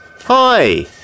Hi